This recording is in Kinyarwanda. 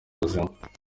ruzima